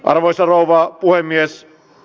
arvoisa rouva puhemies